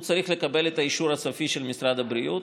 הוא צריך לקבל את האישור הסופי של משרד הבריאות.